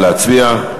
נא להצביע.